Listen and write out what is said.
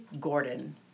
Gordon